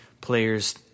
players